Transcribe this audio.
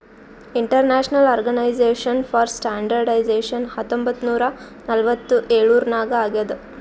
international organization for standardization ಹತ್ತೊಂಬತ್ ನೂರಾ ನಲ್ವತ್ತ್ ಎಳುರ್ನಾಗ್ ಆಗ್ಯಾದ್